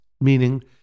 Meaning